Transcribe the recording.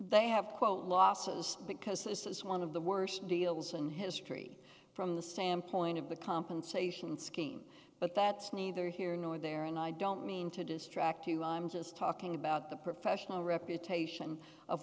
they have quote losses because this is one of the worst deals in history from the standpoint of the compensation scheme but that's neither here nor there and i don't mean to distract you i'm just talking about the professional reputation of